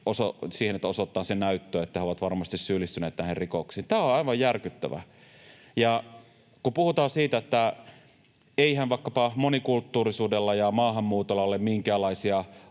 siihen, että osoitetaan se näyttö, että he ovat varmasti syyllistyneet näihin rikoksiin. Tämä on aivan järkyttävää. Kun puhutaan siitä, että eihän vaikkapa monikulttuurisuudella ja maahanmuutolla ole minkäänlaisia